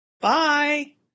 bye